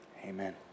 Amen